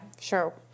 sure